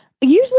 Usually